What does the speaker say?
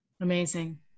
Amazing